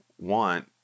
want